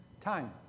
time